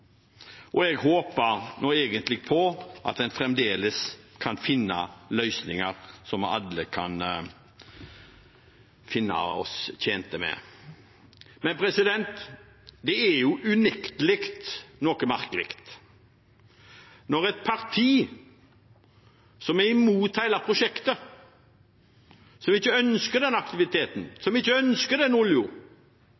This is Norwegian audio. som vi alle kan se oss tjent med. Men det er unektelig noe merkelig når et parti som er imot hele prosjektet, som ikke ønsker denne aktiviteten,